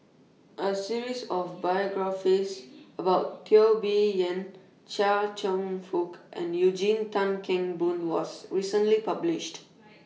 A series of biographies about Teo Bee Yen Chia Cheong Fook and Eugene Tan Kheng Boon was recently published